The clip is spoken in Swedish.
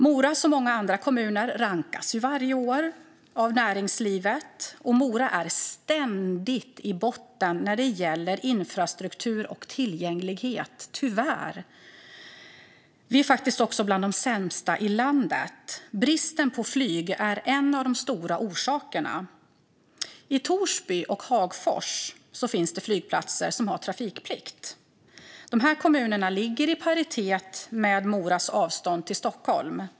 Mora och många andra kommuner rankas varje år av näringslivet, och Mora är ständigt i botten när det gäller infrastruktur och tillgänglighet, tyvärr. Vi är faktiskt bland de sämsta i landet. Bristen på flyg är en av de stora orsakerna. I Torsby och Hagfors finns det flygplatser som har trafikplikt. Dessa kommuner har ett avstånd till Stockholm som är i paritet med Moras.